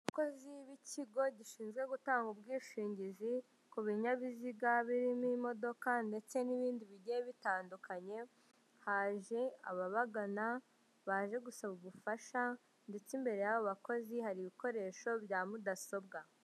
Abakozi b'ikigo gishinzwe gutanga ubwishingizi, ku binyabiziga birimo imodoka ndetse n'ibindi bigiye bitandukanye, haje ababagana, baje gusaba ubufasha ndetse imbere y'aba bakozi hari ibikoresho bya mudasobwa.